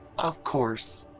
of course.